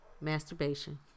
masturbation